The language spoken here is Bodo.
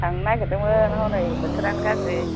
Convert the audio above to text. थांनो नागेरदोंमोन हनै बोथोरानो गाज्रि